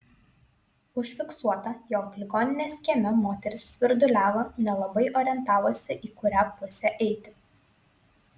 užfiksuota jog ligoninės kieme moteris svirduliavo nelabai orientavosi į kurią pusę eiti